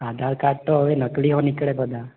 આધાર card તો હવે નકલી હો નીકળે બધા